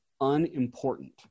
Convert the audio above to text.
unimportant